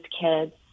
kids